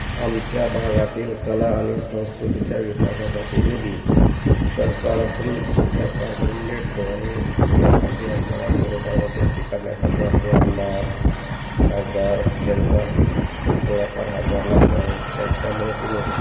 आमच्या भागातील कला आणि संस्कृतीच्या विकासासाठी निधी सरकारकून सरकारकडून भेटतो आणि त्यासाठी आपल्याला थोडेफार मध्यस्ती करण्यासाठी आपले आमदार खासदार यांचा थोडाफार हातभार लागतो आणि त्यांच्या मदतीने